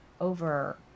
over